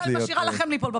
לא, אני משאירה לכם ליפול בפח.